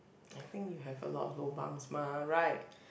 I think you have a lot of lobangs mah right